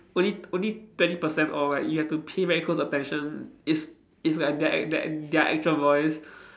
only only twenty percent or like you have to pay very close attention it's it's like their their their actual voice